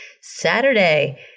Saturday